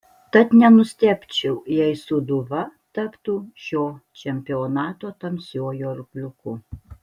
tad nenustebčiau jei sūduva taptų šio čempionato tamsiuoju arkliuku